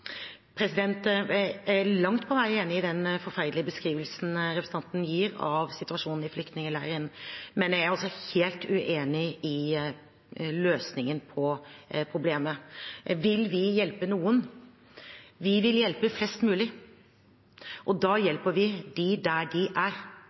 Jeg er langt på vei enig i den forferdelige beskrivelsen representanten gir av situasjonen i flyktningleiren, men jeg er altså helt uenig i løsningen på problemet. Vil vi hjelpe noen? Vi vil hjelpe flest mulig, og da